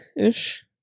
ish